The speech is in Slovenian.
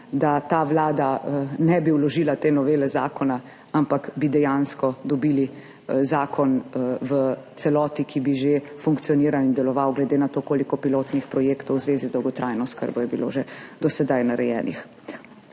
da ta vlada ne bi vložila te novele zakona, ampak bi dejansko dobili zakon v celoti, ki bi že funkcioniral in deloval, glede na to, koliko pilotnih projektov v zvezi z dolgotrajno oskrbo je bilo že do sedaj narejenih.